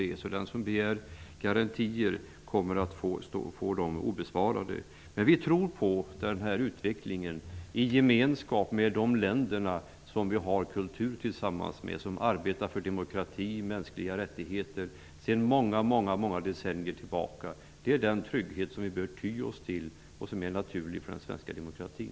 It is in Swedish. Den som begär garantier kommer alltså inte att få svar. Men vi tror på en utveckling i gemenskap med de länder med vilka vi har en gemensam kultur och som arbetar för demokrati och mänskliga rättigheter sedan väldigt många decennier tillbaka. Det är den trygghet som vi bör ty oss till och som är naturlig för den svenska demokratin.